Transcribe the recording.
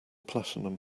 platinum